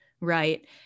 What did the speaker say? right